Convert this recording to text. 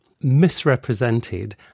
misrepresented